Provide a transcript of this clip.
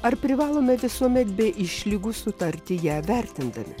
ar privalome visuomet be išlygų sutarti ją vertindami